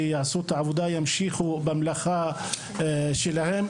שיעשו את העבודה וימשיכו במלאכה שלהם.